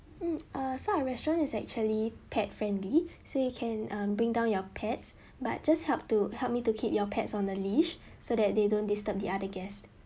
mm err so our restaurant is actually pet friendly so you can um bring down your pets but just help to help me to keep your pets on the leash so that they don't disturb the other guests